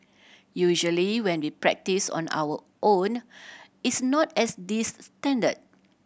usually when we practise on our own it's not as this standard